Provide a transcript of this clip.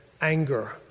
anger